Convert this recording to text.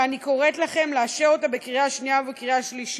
ואני קוראת לכם לאשר אותה בקריאה שנייה ובקריאה שלישית.